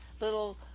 little